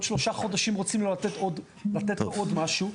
עוד שלושה חודשים רוצים לתת לו עוד משהו,